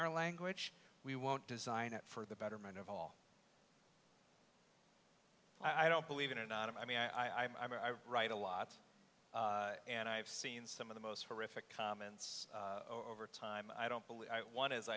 our language we won't design it for the betterment of all i don't believe it or not i mean i write a lot and i have seen some of the most horrific comments over time i don't believe one is